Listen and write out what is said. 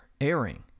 airing